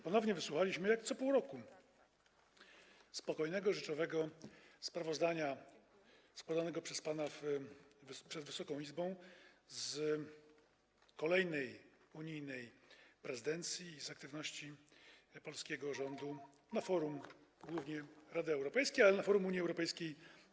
Ponownie wysłuchaliśmy, jak co pół roku, spokojnego, rzeczowego sprawozdania składanego przez pana przed Wysoką Izbą z kolejnej unijnej prezydencji, z aktywności polskiego rządu na forum głównie Rady Europejskiej, w ogóle na forum Unii Europejskiej.